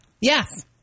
Yes